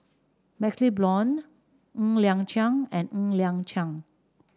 MaxLe Blond Ng Liang Chiang and Ng Liang Chiang